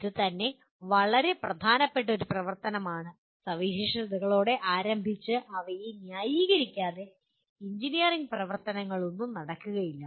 അത് തന്നെ വളരെ പ്രധാനപ്പെട്ട ഒരു പ്രവർത്തനമാണ് സവിശേഷതകളോടെ ആരംഭിച്ച് അവയെ ന്യായീകരിക്കാതെ എഞ്ചിനീയറിംഗ് പ്രവർത്തനങ്ങളൊന്നും നടക്കില്ല